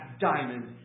diamond